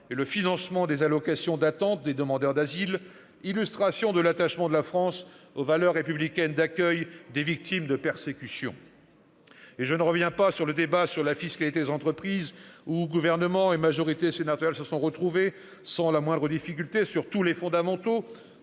et le financement des allocations d'attente des demandeurs d'asile, illustrations de l'attachement de la France aux valeurs républicaines d'accueil des victimes de persécutions. Et je ne reviens pas sur le débat concernant la fiscalité des entreprises, où Gouvernement et majorité du Sénat se sont retrouvés, sans la moindre difficulté, sur tous les fondamentaux